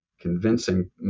convincing